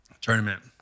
Tournament